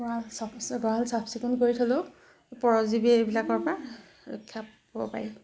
গঁৰাল চাফ গঁৰাল চাফ চিকুণ কৰি থ'লেও পৰজীৱী এইবিলাকৰ পৰা ৰক্ষা পাব পাৰি